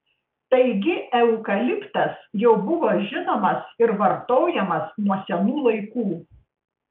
taigi eukaliptas jau buvo žinomas ir vartojamas nuo senų laikų